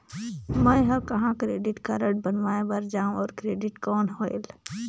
मैं ह कहाँ क्रेडिट कारड बनवाय बार जाओ? और क्रेडिट कौन होएल??